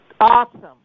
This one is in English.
Awesome